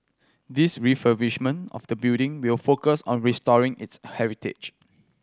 the refurbishment of the building will focus on restoring its heritage